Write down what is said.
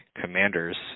commanders